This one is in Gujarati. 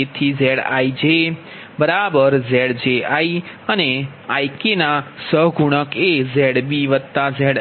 તેથી ZijZji અને Ik ના સહગુણક એZbZiiZjj